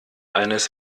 eines